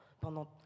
Pendant